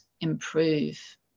improve